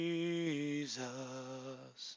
Jesus